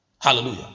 Hallelujah